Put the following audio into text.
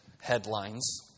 headlines